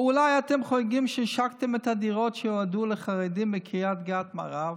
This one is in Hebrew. או אולי אתם חוגגים שעשקתם את הדירות שיועדו לחרדים בקריית גת מערב?